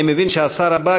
אני מבין שהשר הבא,